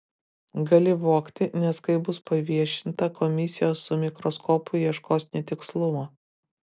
gali vogti nes kai bus paviešinta komisijos su mikroskopu ieškos netikslumo